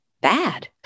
bad